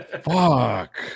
Fuck